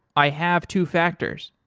i have two factors.